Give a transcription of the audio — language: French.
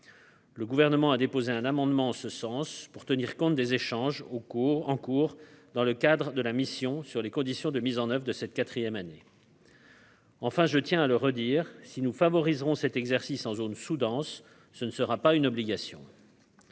Le gouvernement a déposé un amendement en ce sens pour tenir compte des échanges au cours en cours dans le cadre de la mission sur les conditions de mise en oeuvre de cette 4ème année. Enfin, je tiens à le redire, si nous favoriserons cet exercice en zone sous-dense, ce ne sera pas une obligation.